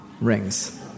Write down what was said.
rings